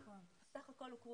סך הכול הוכרו